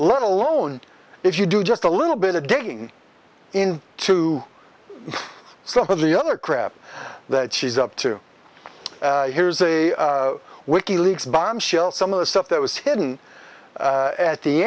let alone if you do just a little bit of digging in to some of the other crap that she's up to here's a wiki leaks bombshell some of the stuff that was hidden at the